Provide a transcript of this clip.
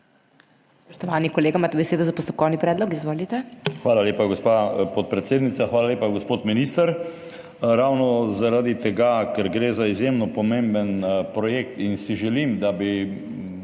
Hvala lepa, gospa podpredsednica. Hvala lepa, gospod minister. Ravno zaradi tega, ker gre za izjemno pomemben projekt in si želim, da bi